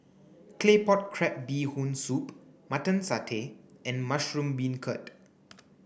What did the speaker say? claypot crab bee hoon soup mutton satay and mushroom beancurd